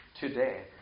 today